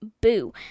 Boo